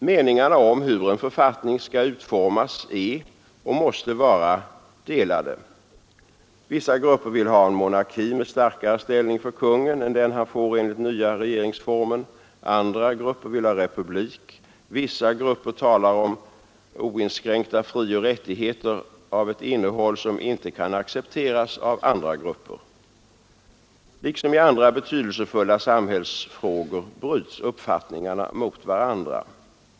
Meningarna om hur en författning skall utformas är och måste vara delade. Vissa grupper vill ha en monarki med starkare ställning för konungen än den han får enligt den nya regeringsformen. Andra grupper vill ha republik. Vissa grupper talar om oinskränkta frioch rättigheter av ett innehåll som inte kan accepteras av andra grupper. Liksom i andra betydelsefulla samhällsfrågor bryts uppfattningarna mot varandra.